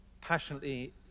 passionately